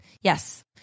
Yes